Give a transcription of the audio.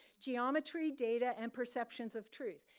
geometry, data, and perceptions of truth.